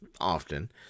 often